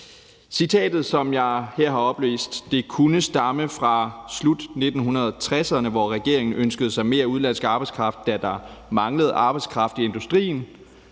Citatet, som jeg her har oplæst, kunne stamme fra slutningen af 1960'erne, hvor regeringen ønskede sig mere udenlandsk arbejdskraft, da der manglede arbejdskraft i industrien,